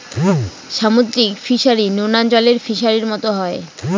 সামুদ্রিক ফিসারী, নোনা জলের ফিসারির মতো হয়